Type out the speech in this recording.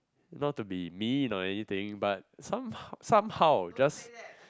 not to be mean or anything but some somehow just